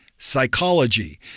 psychology